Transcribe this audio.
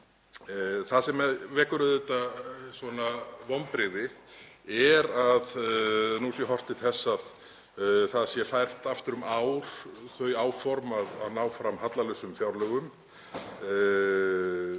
Það sem vekur auðvitað vonbrigði er að nú sé horft til þess að það séu færð aftur um ár þau áform að ná fram hallalausum fjárlögum,